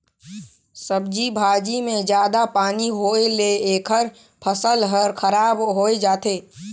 सब्जी भाजी मे जादा पानी होए ले एखर फसल हर खराब होए जाथे